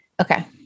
Okay